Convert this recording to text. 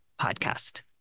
podcast